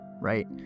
right